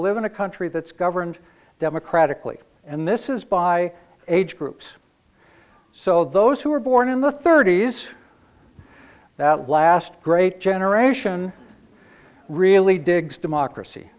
live in a country that's governed democratically and this is by age groups so those who are born in the thirty's that last great generation really digs democracy